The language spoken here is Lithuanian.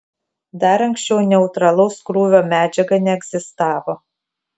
dar anksčiau neutralaus krūvio medžiaga neegzistavo